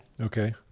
Okay